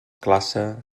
classe